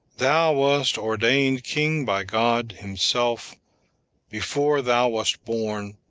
thou wast ordained king by god himself before thou wast born,